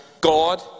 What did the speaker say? God